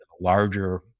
larger